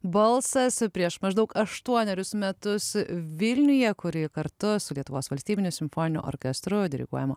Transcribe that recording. balsas prieš maždaug aštuonerius metus vilniuje kuri kartu su lietuvos valstybiniu simfoniniu orkestru diriguojamu